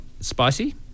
spicy